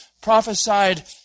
prophesied